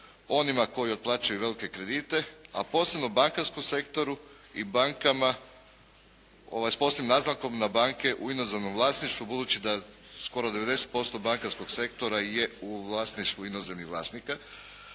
onima koji uplaćuju velike kredite, a posebno bankarskom sektoru i bankama, s posebnom naznakom na banke u inozemnom vlasništvu budući da skoro 90% bankarskog sektora je u vlasništvu inozemnih vlasnika.